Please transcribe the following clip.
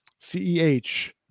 CEH